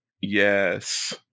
Yes